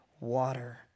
water